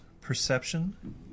Perception